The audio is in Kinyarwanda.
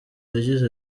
yagize